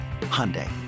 Hyundai